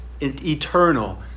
eternal